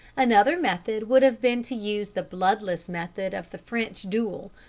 another method would have been to use the bloodless method of the french duel,